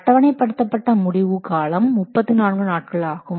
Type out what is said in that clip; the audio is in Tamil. அட்டவணைப்படுத்தப்பட்ட முடிவு காலம் 34 நாட்கள் ஆகும்